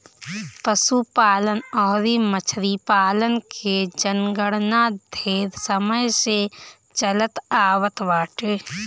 पशुपालन अउरी मछरी पालन के जनगणना ढेर समय से चलत आवत बाटे